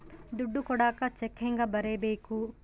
ದುಡ್ಡು ಕೊಡಾಕ ಚೆಕ್ ಹೆಂಗ ಬರೇಬೇಕು?